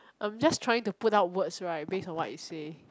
I'm just trying to put out words right base on what you say